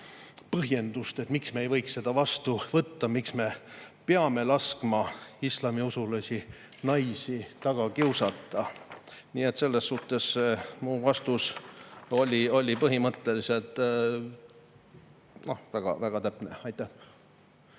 põhjendust, miks me ei võiks seda vastu võtta ja miks me peame laskma islamiusulisi naisi taga kiusata. Nii et selles suhtes mu vastus oli põhimõtteliselt väga täpne. Aitäh!